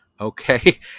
okay